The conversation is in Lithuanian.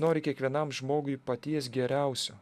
nori kiekvienam žmogui paties geriausio